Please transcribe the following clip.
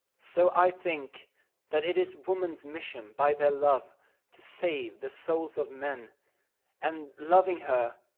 so i think that it is woman's mission by their love to save the souls of men and loving her,